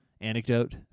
anecdote